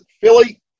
Philly